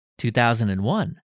2001